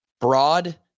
broad